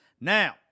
Now